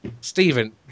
Stephen